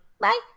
Bye